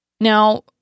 Now